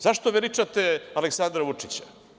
Zašto veličate Aleksandra Vučića?